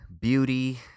beauty